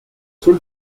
sul